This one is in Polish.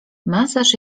masaż